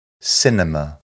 cinema